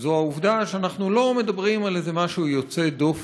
זה העובדה שאנחנו לא מדברים על איזה משהו יוצא-דופן